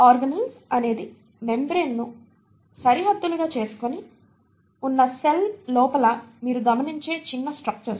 organelles అనేది membranes ను సరిహద్దులుగా చేసుకుని ఉన్న సెల్ లోపల మీరు గమనించే చిన్న స్ట్రక్చర్స్